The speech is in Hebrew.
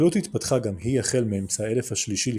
החקלאות התפתחה גם היא החל מאמצע האלף השלישי לפנה"ס,